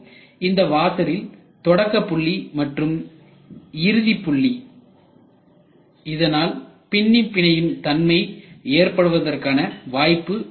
இந்த வாசரில் இது தொடக்கப்புள்ளி மற்றும் இது இறுதி புள்ளி இதனால் பின்னிப் பிணையும் தன்மை ஏற்படுவதற்கான வாய்ப்பு இருக்கிறது